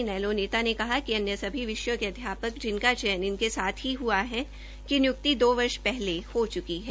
इनेलो नेता ने कहा कि अन्य सभी विषयों के अध्यापकों जिनका चयन इनके साथ ही हुआ था कि निय्क्ति दो वर्ष पहले ही हो च्की है